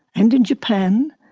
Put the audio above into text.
and in japan.